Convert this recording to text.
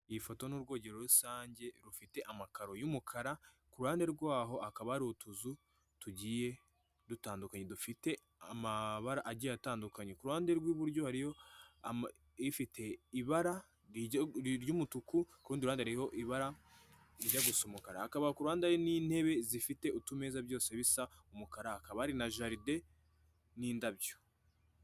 Iyi foto n'urwogero rusange rufite amakaro y'umukara, ku ruhande rwaho haka hari utuzu tugiye dutandukanye dufite amabara agiye atandukanye. Ku ruhande rw'iburyo hariyo ifite ibara ry'umutuku, ku rundi ruhande hariho ibara rijya gusa umukara. Hakaba ku ruhande hari n'intebe zifite byose bisa umukara; hakaba hari na jaride n'indabyo.